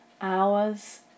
Hours